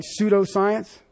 pseudoscience